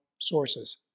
sources